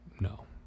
no